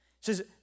says